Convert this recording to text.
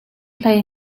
hlei